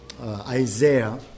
Isaiah